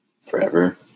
forever